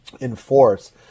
enforce